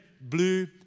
blue